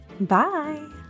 Bye